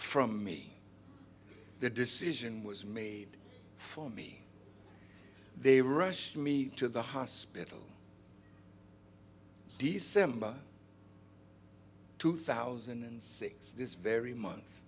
from me the decision was made for me they rushed me to the hospital december two thousand and six this very month